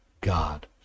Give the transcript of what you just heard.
God